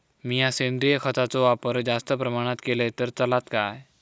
मीया सेंद्रिय खताचो वापर जास्त प्रमाणात केलय तर चलात काय?